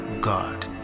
God